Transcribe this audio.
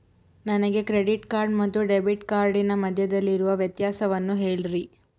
ನನಗೆ credit card ಮತ್ತು debit ಕಾರ್ಡಿನ ಮಧ್ಯದಲ್ಲಿರುವ ವ್ಯತ್ಯಾಸವನ್ನು ಹೇಳ್ರಿ?